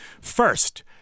First